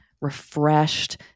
refreshed